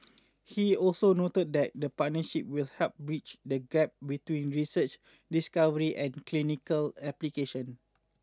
he also noted that the partnership will help bridge the gap between research discovery and clinical application